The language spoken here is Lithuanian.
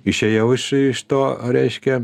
išėjau iš iš to reiškia